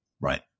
Right